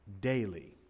daily